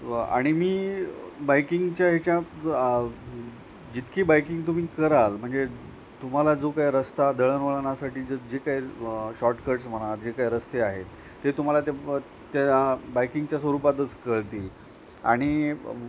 आणि मी बाइकिंगच्या याच्या जितकी बाईकिंग तुम्ही कराल म्हणजे तुम्हाला जो काय रस्ता दळणवळणासाठी जे जे काय शॉर्टकट्स म्हणा जे काय रस्ते आहेत ते तुम्हाला ते त्या बायकिंगच्या स्वरूपातच कळतील आणि